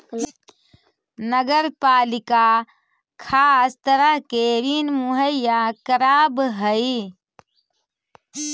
नगर पालिका खास तरह के ऋण मुहैया करावऽ हई